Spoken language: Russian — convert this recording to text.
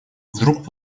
вдруг